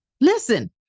Listen